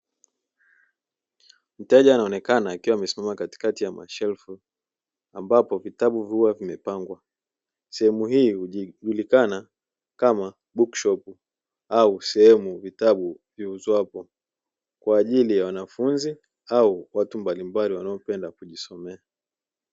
Mteja anaonekana akiwa amesimama katikati ya mashelfu ambapo vitabu huwa vimepangwa, sehemu hii hujulikana kama bukushopu au sehemu vitabu viuzwapo kwa ajili ya wanafunzi au watu mbalimbali wanaopenda kujisomea.